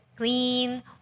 Clean